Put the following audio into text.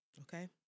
okay